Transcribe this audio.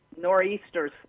nor'easters